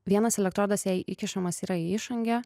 vienas elektrodas jai įkišamas yra į išangę